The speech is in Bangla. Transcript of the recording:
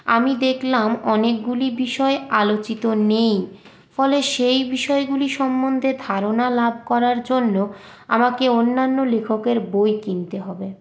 আমি দেখলাম অনেকগুলি বিষয়ে আলোচিত নেই ফলে সেই বিষয়গুলি সম্বন্ধে ধারণা লাভ করার জন্য আমাকে অন্যান্য লেখকের বই কিনতে হবে